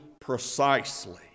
precisely